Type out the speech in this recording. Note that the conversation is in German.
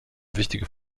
wichtige